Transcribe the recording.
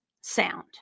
sound